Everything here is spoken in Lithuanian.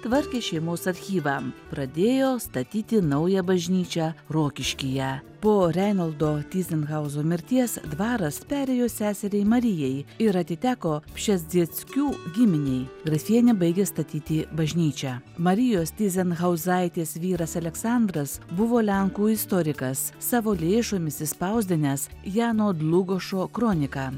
tvarkė šeimos archyvą pradėjo statyti naują bažnyčią rokiškyje po reinoldo tyzenhauzo mirties dvaras perėjo seseriai marijai ir atiteko pšezdzieckių giminei grafienė baigė statyti bažnyčią marijos tyzenhauzaitės vyras aleksandras buvo lenkų istorikas savo lėšomis išspausdinęs jano dlugošo kroniką